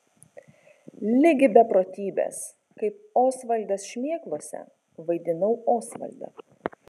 ligi beprotybės kaip osvaldas šmėklose vaidinau osvaldą